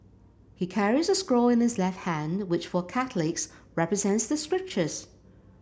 he carries a scroll in his left hand which for Catholics represents the scriptures